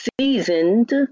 seasoned